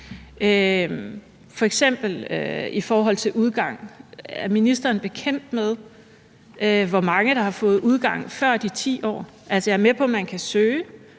f.eks. i forhold til udgang bekendt med, hvor mange der har fået udgang før de 10 år? Jeg er med på, at man kan søge